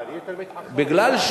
הוא יצא מפה עם תעודת